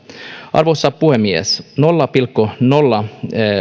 arvoisa puhemies nolla pilkku nolla